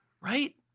Right